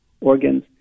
organs